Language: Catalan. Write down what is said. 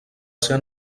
ser